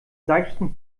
seichten